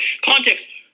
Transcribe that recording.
context